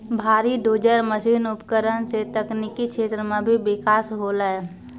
भारी dozer machine उपकरण सें तकनीकी क्षेत्र म भी बिकास होलय